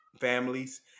families